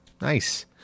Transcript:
nice